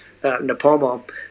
Napomo